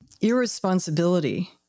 irresponsibility